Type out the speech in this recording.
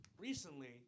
Recently